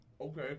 okay